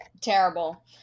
terrible